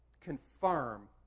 confirm